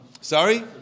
Sorry